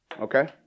Okay